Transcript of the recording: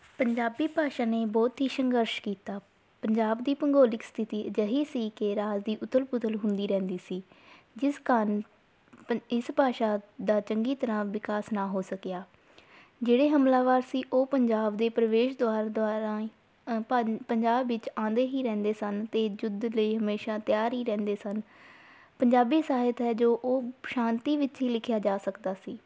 ਪੰਜਾਬੀ ਭਾਸ਼ਾ ਨੇ ਬਹੁਤ ਹੀ ਸੰਘਰਸ਼ ਕੀਤਾ ਪੰਜਾਬ ਦੀ ਭੂਗੋਲਿਕ ਸਥਿਤੀ ਅਜਿਹੀ ਸੀ ਕਿ ਰਾਜ ਦੀ ਉਥਲ ਪੁਥਲ ਹੁੰਦੀ ਰਹਿੰਦੀ ਸੀ ਜਿਸ ਕਾਰਨ ਪੰ ਇਸ ਭਾਸ਼ਾ ਦਾ ਚੰਗੀ ਤਰ੍ਹਾਂ ਵਿਕਾਸ ਨਾ ਹੋ ਸਕਿਆ ਜਿਹੜੇ ਹਮਲਾਵਰ ਸੀ ਉਹ ਪੰਜਾਬ ਦੇ ਪ੍ਰਵੇਸ਼ ਦੁਆਰ ਦੁਆਰ ਰਾਹੀਂ ਭੰ ਪੰਜਾਬ ਵਿੱਚ ਆਉਂਦੇ ਹੀ ਰਹਿੰਦੇ ਸਨ ਅਤੇ ਯੁੱਧ ਲਈ ਹਮੇਸ਼ਾ ਤਿਆਰ ਹੀ ਰਹਿੰਦੇ ਸਨ ਪੰਜਾਬੀ ਸਾਹਿਤ ਹੈ ਜੋ ਉਹ ਸ਼ਾਂਤੀ ਵਿੱਚ ਹੀ ਲਿਖਿਆ ਜਾ ਸਕਦਾ ਸੀ